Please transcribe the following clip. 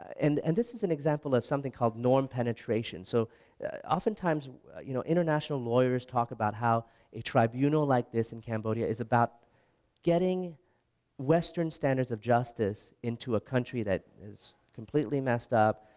and and this is an example of something called norm penetration so often times you know international lawyers talk about how a tribunal like this in cambodia is about getting western standards of justice into a country that is completely messed up,